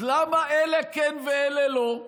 אז למה אלה כן ואלה לא?